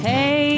Hey